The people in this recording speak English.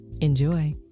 Enjoy